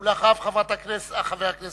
ולאחריו, חבר הכנסת